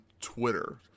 twitter